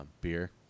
beer